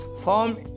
form